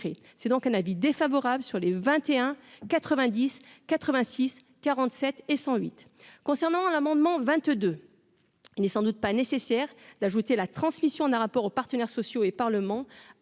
c'est donc un avis défavorable sur les 21 90 86 47 et 108 concernant l'amendement 22, il est sans doute pas nécessaire d'ajouter la transmission d'un rapport aux partenaires sociaux et Parlement